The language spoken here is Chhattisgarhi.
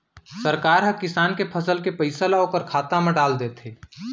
सरकार ह किसान के फसल के पइसा ल ओखर खाता म डाल देथे